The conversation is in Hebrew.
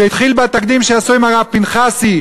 זה התחיל בתקדים שעשו לגבי הרב פנחסי,